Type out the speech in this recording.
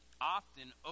often